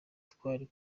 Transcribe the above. twali